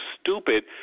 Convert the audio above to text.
stupid